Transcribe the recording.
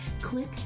click